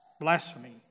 blasphemy